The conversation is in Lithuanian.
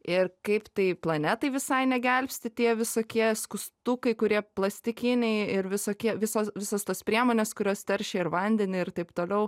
ir kaip tai planetai visai negelbsti tie visokie skustukai kurie plastikiniai ir visokie visos visos tos priemonės kurios teršia ir vandenį ir taip toliau